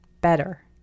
better